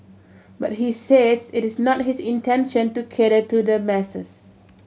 but he says it is not his intention to cater to the masses